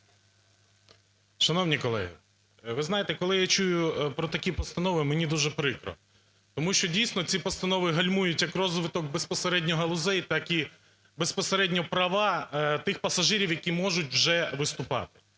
Шановні колеги, ви знаєте, коли я чую про такі постанови, мені дуже прикро. Тому що, дійсно, ці постанови гальмують як розвиток безпосередньо галузей, так і безпосередньо права тих пасажирів, які можуть вже виступати.